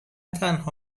تنها